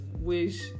wish